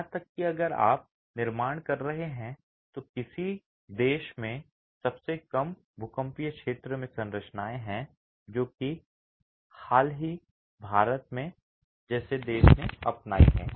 यहां तक कि अगर आप निर्माण कर रहे हैं तो किसी देश में सबसे कम भूकंपीय क्षेत्र में संरचनाएं हैं जो कि हाल ही में भारत जैसे देश ने भी अपनाई है